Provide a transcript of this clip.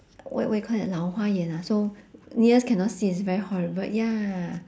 what what you call that 老花眼：lao hua yan ah so near cannot see it's very horrible ya